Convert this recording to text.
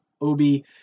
Obi